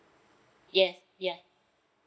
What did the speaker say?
yes yeah